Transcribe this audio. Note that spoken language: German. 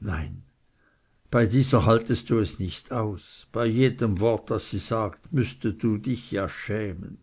nein bei dieser haltest du es nicht aus bei jedem wort das sie sagt müßtest du dich ja schämen